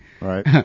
Right